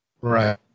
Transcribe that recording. Right